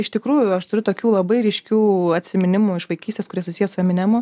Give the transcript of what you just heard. iš tikrųjų aš turiu tokių labai ryškių atsiminimų iš vaikystės kurie susiję su eminemu